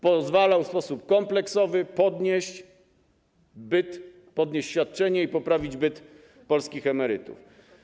Pozwalał w sposób kompleksowy podnieść poziom bytu, podnieść świadczenie i poprawić byt polskich emerytów.